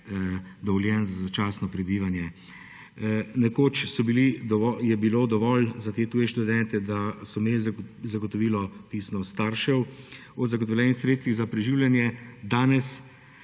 dovoljenj za začasno prebivanje. Nekoč je bilo dovolj za te tuje študente, da so imeli pisno zagotovilo od staršev o zagotovljenih sredstvih za preživljanje, danes